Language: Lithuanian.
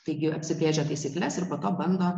taigi apsibrėžia taisykles ir po to bando